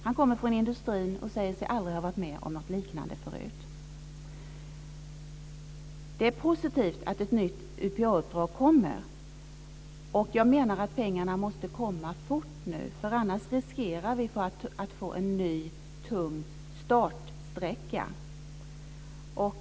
Han kommer från industrin och säger sig aldrig ha varit med om något liknande förut. Det är positivt att det kommer ett nytt UPA uppdrag. Jag menar att pengarna nu måste komma fort. Annars riskerar vi att få en ny tung startsträcka.